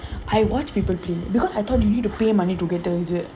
I watch people play because I thought you need to pay money to get it is it